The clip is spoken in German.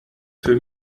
für